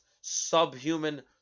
subhuman